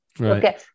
okay